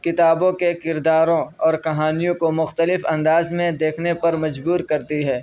کتابوں کے کرداروں اور کہانیوں کو مختلف انداز میں دیکھنے پر مجبور کرتی ہے